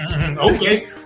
okay